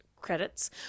credits